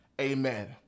Amen